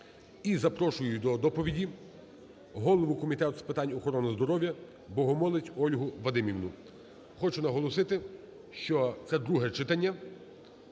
і запрошую до доповіді голову Комітету з питань охорони здоров'я Богомолець Ольгу Вадимівну. Хочу наголосити, що це друге читання,